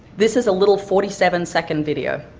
this is a little forty seven second video,